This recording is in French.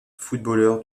footballeur